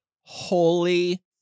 Holy